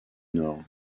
nord